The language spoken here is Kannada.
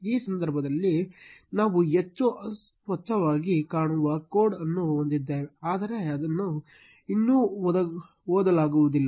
ಈ ಸಮಯದಲ್ಲಿ ನಾವು ಹೆಚ್ಚು ಸ್ವಚ್ಛವಾಗಿ ಕಾಣುವ ಕೋಡ್ ಅನ್ನು ಹೊಂದಿದ್ದೇವೆ ಆದರೆ ಅದನ್ನು ಇನ್ನೂ ಓದಲಾಗುವುದಿಲ್ಲ